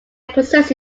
process